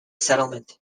settlement